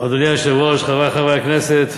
אדוני היושב-ראש, חברי חברי הכנסת,